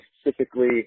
specifically